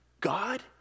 God